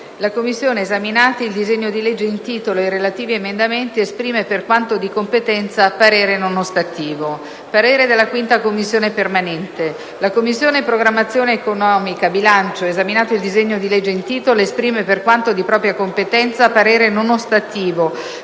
1a Commissione permanente, esaminati il disegno di legge in titolo e i relativi emendamenti, esprime, per quanto di competenza, parere non ostativo». «La Commissione programmazione economica, bilancio, esaminato il disegno di legge in titolo, esprime, per quanto di propria competenza, parere non ostativo,